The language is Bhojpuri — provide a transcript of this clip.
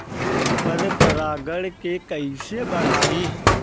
पर परा गण के कईसे बढ़ाई?